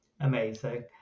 Amazing